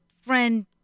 friend